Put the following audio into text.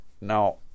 Now